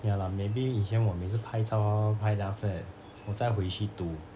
ya lah maybe 以前我每次拍照拍 then after that 我再回去读